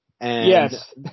Yes